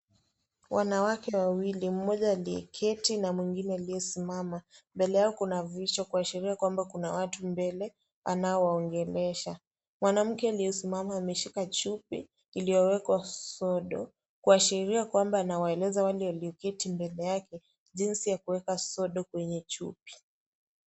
Wanawake wawili, mmoja aliyeketi na mwingine aliyesimama, mbele yao kuna picha kuashiria kwamba kuna watu mbele anaowaongelesha. Mwanamke aliyesimama ameshika chupi iliyowekwa sodo kuashiria kwamba anawaeleza wale walioketi mbele yake jinsi ya kuweka sodo kwenye chupi.